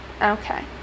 okay